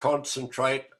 concentrate